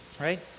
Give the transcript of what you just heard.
Right